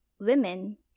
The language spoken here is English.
women